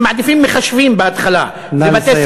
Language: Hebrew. הם מעדיפים מחשבים בהתחלה, נא לסיים.